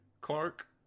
Clark